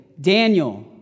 Daniel